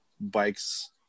bikes